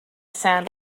sand